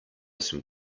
some